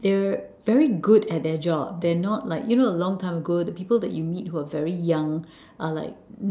they're very good at their job they're not like you know a long time ago the people that you meet who are very young are like